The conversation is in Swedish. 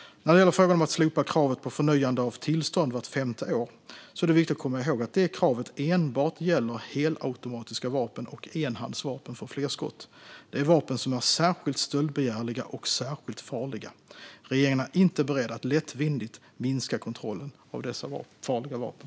När det gäller frågan om att slopa kravet på förnyande av tillstånd vart femte år är det viktigt att komma ihåg att det kravet enbart gäller helautomatiska vapen och enhandsvapen för flerskott. Det är vapen som är särskilt stöldbegärliga och särskilt farliga. Regeringen är inte beredd att lättvindigt minska kontrollen av dessa farliga vapen.